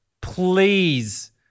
please